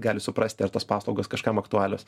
gali suprasti ar tos paslaugos kažkam aktualios